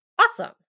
awesome